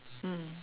mm